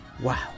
Wow